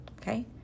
okay